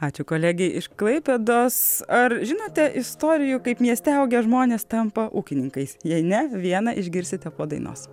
ačiū kolegei iš klaipėdos ar žinote istorijų kaip mieste augę žmonės tampa ūkininkais jei ne vieną išgirsite po dainos